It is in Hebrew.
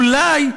אולי,